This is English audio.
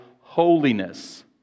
holiness